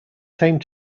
same